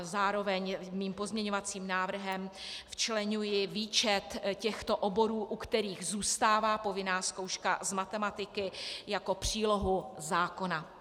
Zároveň svým pozměňovacím návrhem včleňuji výčet těchto oborů, u kterých zůstává povinná zkouška z matematiky, jako přílohu zákona.